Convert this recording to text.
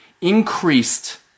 increased